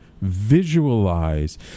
visualize